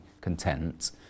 content